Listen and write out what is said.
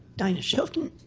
dinah shelton,